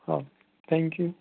હા thank you